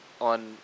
on